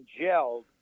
gelled